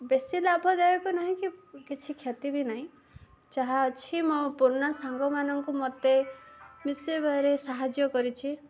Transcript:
ବେଶୀ ଲାଭଦାୟକ ନାହିଁ କି କିଛି କ୍ଷତି ବି ନାହିଁ ଯାହା ଅଛି ମୋ ପୁରୁଣା ସାଙ୍ଗମାନଙ୍କୁ ମତେ ମିଶେଇବାରେ ସାହାଯ୍ୟ କରିଛି